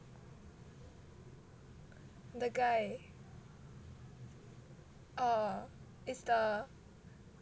the guy orh is the